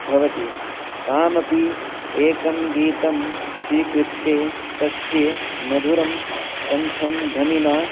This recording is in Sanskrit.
भवति किमपि एकं गीतं स्वीकृत्य तस्य मधुरं कण्ठं ध्वनिना